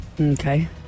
Okay